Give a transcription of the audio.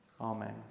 Amen